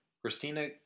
Christina